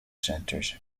centers